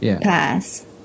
pass